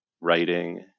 writing